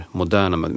moderna